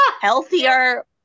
healthier